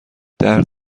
درد